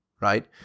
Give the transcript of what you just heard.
right